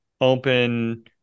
open